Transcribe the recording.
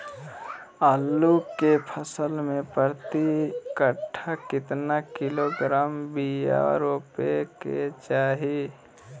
आलू के फसल में प्रति कट्ठा कितना किलोग्राम बिया रोपे के चाहि?